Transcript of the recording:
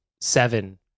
seven